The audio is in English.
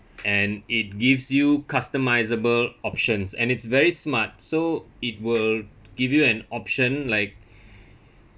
and it gives you customisable options and it's very smart so it will give you an option like